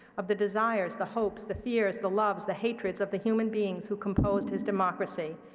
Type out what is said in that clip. of the desires, the hopes, the fears, the loves, the hatreds of the human beings who composed his democracy.